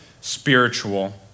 spiritual